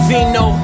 Vino